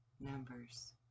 numbers